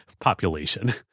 population